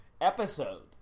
episode